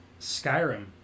Skyrim